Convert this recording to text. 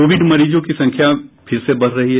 Covid मरीजों की संख्या फिर से बढ़ रही है